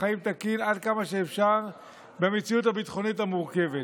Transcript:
חיים תקין עד כמה שאפשר במציאות הביטחונית המורכבת.